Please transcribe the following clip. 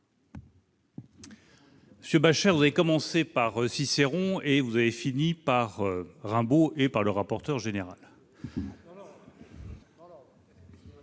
Monsieur Bascher, vous avez commencé par Cicéron et fini par Rimbaud et le rapporteur général